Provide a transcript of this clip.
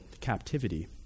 captivity